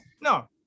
No